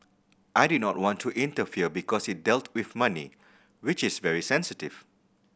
I did not want to interfere because it dealt with money which is very sensitive